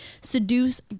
seduce